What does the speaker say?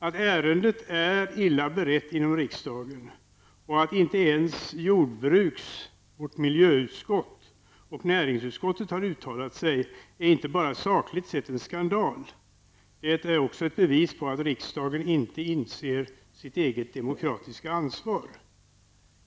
Att ärendet är så illa berett inom riksdagen att inte ens jordbruksutskottet, vårt miljöutskott, och näringsutskottet har uttalat sig är inte bara sakligt sett en skandal. Det är också bevis på att riksdagen inte inser sitt eget demokratiska ansvar.